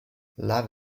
love